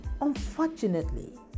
Unfortunately